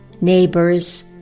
neighbors